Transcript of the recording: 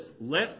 Let